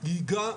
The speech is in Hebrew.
ייגע באדמה.